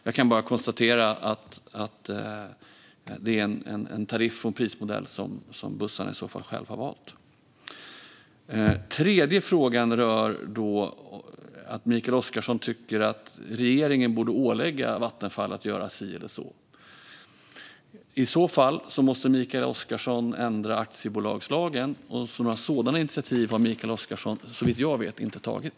Jag kan bara konstatera att det i så fall är en tariff och en prismodell för bussarna som man valt själv. För det tredje tycker Mikael Oscarsson att regeringen borde ålägga Vattenfall att göra si eller så. I så fall måste Mikael Oscarsson ändra aktiebolagslagen. Några sådana initiativ har Mikael Oscarsson såvitt jag vet inte tagit.